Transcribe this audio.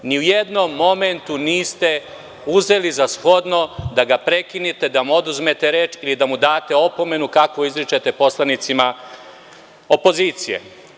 Ni u jednom momentu niste uzeli za shodno da ga prekinete, da mu oduzmete reč ili da mu date opomenu kako izričete poslanicima opozicije.